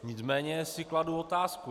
Nicméně si kladu otázku.